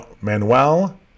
Manuel